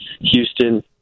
Houston –